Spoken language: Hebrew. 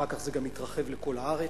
ואחר כך זה התרחב לכל הארץ,